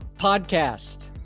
podcast